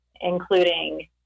including